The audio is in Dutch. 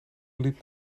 liep